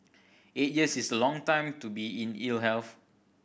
eight years is a long time to be in ill health